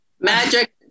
Magic